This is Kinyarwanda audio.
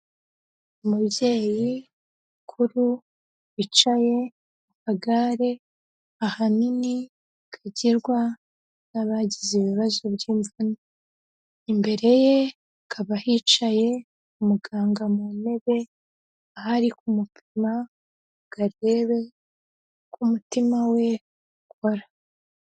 Umubyeyi mukuru wicaye mu kagare ahanini kagirwa n'abagize ibibazo by'imvu. imbere ye hakaba hicaye umuganga mu ntebe ahari kumupima ngarebe ku mutima we ukorara.